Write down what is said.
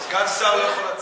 שר לא יכול להציע.